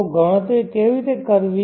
તો ગણતરી કેવી રીતે કરવી